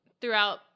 throughout